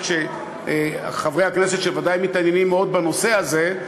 רק שחברי הכנסת ודאי מתעניינים מאוד בנושא הזה,